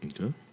Okay